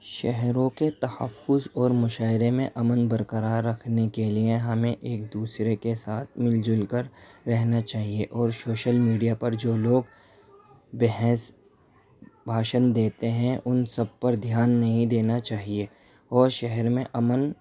شہروں کے تحفظ اور معاشرے میں امن برقرار رکھنے کے لیے ہمیں ایک دوسرے کے ساتھ مل جل کر رہنا چاہیے اور شوشل میڈیا پر جو لوگ بحث بھاشن دیتے ہیں ان سب پر دھیان نہیں دینا چاہیے اور شہر میں امن